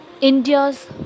India's